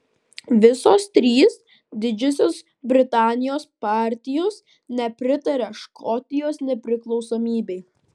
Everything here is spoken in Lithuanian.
visos trys didžiosios britanijos partijos nepritaria škotijos nepriklausomybei